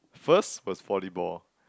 first was volleyball